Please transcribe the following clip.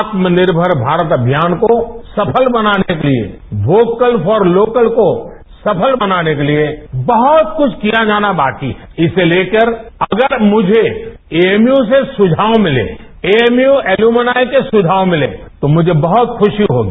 आत्मनिर्मर भारत को सफल बनाने के लिए वोकल फॉर लोकल को सफल बनाने के लिए बहुत कुछ किया जाना बाकी है इसे लेकर अगर मुझे एएमयू से सुझाव मिलें एएमयू एल्युमुनाय के सुझाव मिलें तो मुझे बहुत खुशी होगी